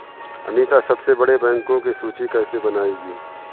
अनीता सबसे बड़े बैंकों की सूची कैसे बनायेगी?